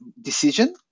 decision